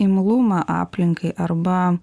imlumą aplinkai arba